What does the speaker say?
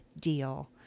deal